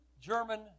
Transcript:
German